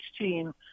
16